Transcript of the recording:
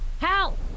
Hal